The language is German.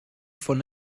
von